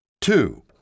Two